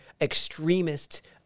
extremist